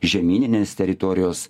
žemyninės teritorijos